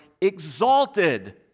exalted